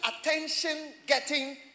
attention-getting